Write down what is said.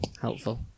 helpful